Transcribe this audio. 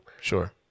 Sure